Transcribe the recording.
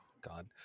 god